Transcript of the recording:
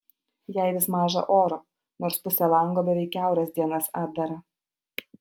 jai vis maža oro nors pusė lango beveik kiauras dienas atdara